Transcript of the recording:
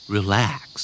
Relax